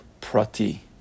prati